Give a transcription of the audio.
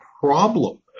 problem